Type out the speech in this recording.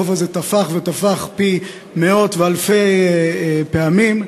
החוב הזה תפח ותפח פי מאות ואלפי פעמים,